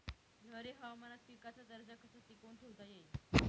लहरी हवामानात पिकाचा दर्जा कसा टिकवून ठेवता येईल?